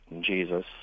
Jesus